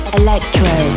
electro